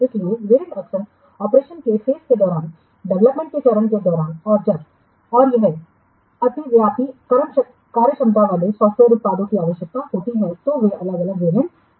इसलिए वेरिएंट अक्सर ऑपरेशन के फेस के दौरान डेवलपमेंट के चरण के दौरान और जब और जब अतिव्यापी कार्यक्षमता वाले सॉफ़्टवेयर उत्पादों की आवश्यकता होती है तो वे अलग अलग वेरिएंट बना सकते हैं